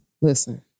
Listen